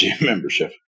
membership